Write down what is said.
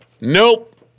Nope